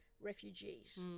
refugees